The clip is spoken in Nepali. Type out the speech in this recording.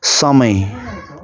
समय